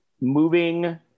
moving